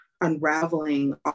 unraveling